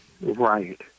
Right